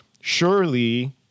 surely